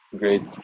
great